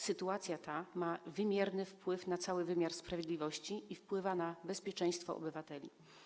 Sytuacja ta ma wymierny wpływ na cały wymiar sprawiedliwości i wpływa na bezpieczeństwo obywateli.